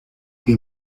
que